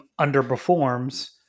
underperforms